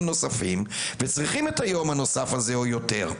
נוספים והם צריכים את היום הנוסף הזה או יותר.